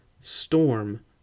Storm